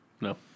No